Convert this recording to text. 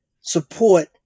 support